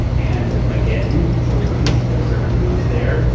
and, again, saloons, they're serving booze there,